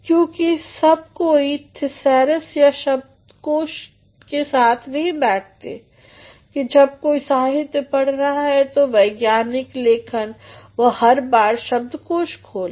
क्योंकि सब कोई थिसारस या शब्दकोश के साथ नहीं बैठते कि जब कोई साहित्य पढ़ रहा है या वैज्ञानिक लेखन वह हर बार शब्दकोश खोले